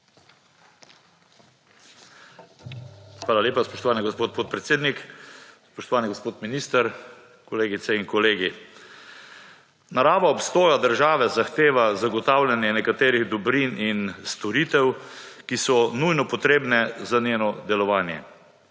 Hvala lepa, spoštovani gospod podpredsednik. Spoštovani gospod minister, kolegice in kolegi. Narava obstoja države zahteva zagotavljanje nekaterih dobrin in storitev, ki so nujno potrebne za njeno delovanje.